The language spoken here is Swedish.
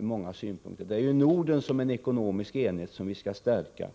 många synpunkter inte är bra. Det är ju Norden som ekonomisk enhet som skall stärkas.